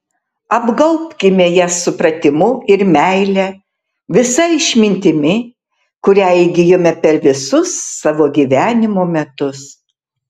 apgaubkime jas supratimu ir meile visa išmintimi kurią įgijome per visus savo gyvenimo metus